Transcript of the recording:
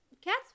Cats